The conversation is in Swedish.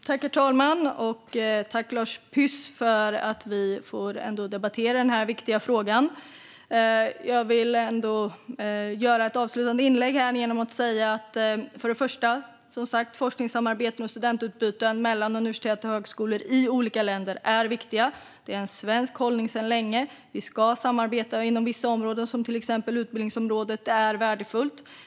Herr talman! Tack, Lars Püss, för att vi ändå får debattera denna viktiga fråga! Jag vill göra ett avslutande inlägg för att säga två saker. Det första är att forskningssamarbeten och studentutbyten mellan universitet i olika länder som sagt är viktiga. Det är en svensk hållning sedan länge. Vi ska samarbeta inom vissa områden som till exempel utbildningsområdet. Det är värdefullt.